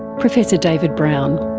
professor david brown.